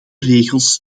regels